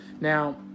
Now